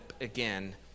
again